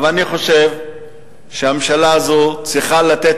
אבל אני חושב שהממשלה הזאת צריכה לתת